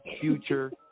Future